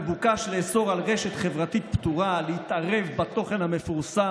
מבוקש לאסור על רשת חברתית פטורה להתערב בתוכן המפורסם